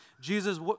Jesus